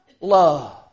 love